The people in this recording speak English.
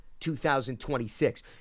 2026